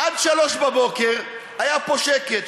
עד שלוש בבוקר היה פה שקט.